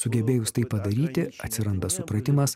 sugebėjus tai padaryti atsiranda supratimas